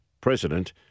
president